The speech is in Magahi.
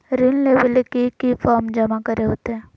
ऋण लेबे ले की की फॉर्म जमा करे होते?